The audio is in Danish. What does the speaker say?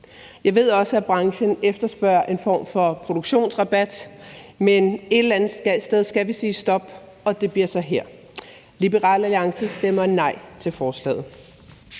Jeg ved også, at branchen efterspørger en form for produktionsrabat, men et eller andet sted skal vi sige stop, og det bliver så her. Liberal Alliance stemmer nej til forslaget.